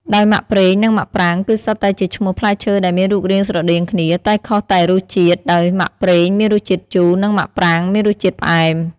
ដោយមាក់ប្រេងនិងមាក់ប្រាងគឺសុទ្ធតែជាឈ្មោះផ្លែឈើដែលមានរូបរាងស្រដៀងគ្នា តែខុសតែរសជាតិ ដោយមាក់ប្រេងមានរសជាតិជូរ និងមាក់ប្រាងមានរសជាតិផ្អែម។